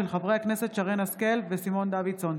של חברי הכנסת שרן השכל וסימון דוידסון.